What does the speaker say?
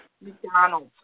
McDonald's